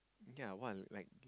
you think I want like